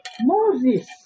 Moses